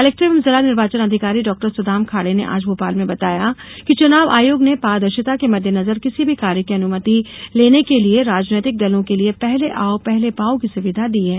collector एवं जिला निर्वाचन अधिकारी डॉ सुदाम खाड़े ने आज भोपाल में बताया कि चुनाव आयोग ने पारदर्शिता के मद्देनजर किसी भी कार्य की अनुमति लेने के लिये राजनैतिक दलों के लिये पहले आओ पहले पाओ की सुविधा दी है